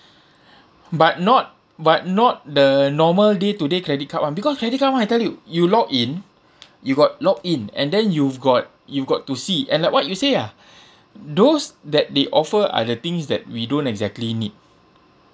but not but not the normal day to day credit card [one] because credit card [one] I tell you you lock in you got lock in and then you've got you've got to see and like what you say ah those that they offer are the things that we don't exactly need